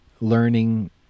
learning